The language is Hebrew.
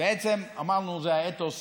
בעצם אמרנו שזה האתוס